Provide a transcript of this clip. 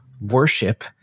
worship